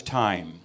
time